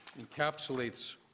encapsulates